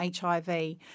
HIV